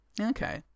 Okay